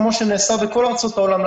כמו שנעשה בכל ארצות העולם,